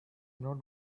not